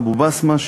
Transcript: אבו-בסמה.